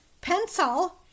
pencil